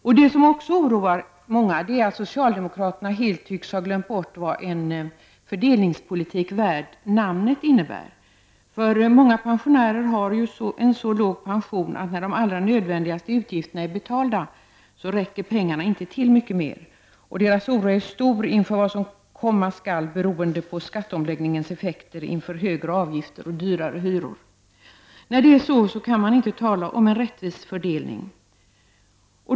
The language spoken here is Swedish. Många oroas också av att socialdemokraterna helt tycks ha glömt bort vad en fördelningspolitik värd namnet innebär. Många pensionärer har nämligen en så låg pension att pengarna, när de allra nödvändigaste utgifterna är betalda, inte räcker till mycket mer. Deras oro är stor inför vad som komma skall beroende på skatteomläggningens effekter i form av högre avgifter och dyrare hyror. När situationen är sådan kan man inte tala om en rättvis fördelning.